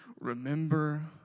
remember